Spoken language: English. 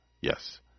Yes